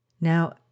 Now